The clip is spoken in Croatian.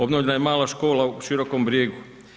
Obnovljena je mala škola u Širokom brijegu.